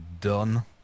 done